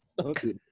Okay